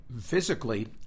physically